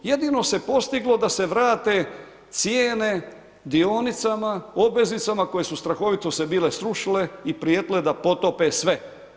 Jedino se postiglo da se vrate cijene dionicama, obveznicama koje su strahovito se bile srušile i prijetile da potope sve.